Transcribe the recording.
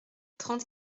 trente